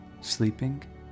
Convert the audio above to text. Sleeping